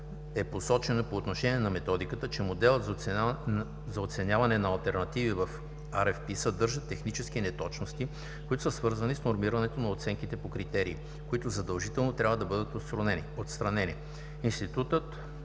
е посочено по отношение на Методиката, че Моделът за оценяване на алтернативи в RFP съдържа технически неточности, които са свързани с нормирането на оценките по критерии, които задължително трябва да бъдат отстранени. Институтът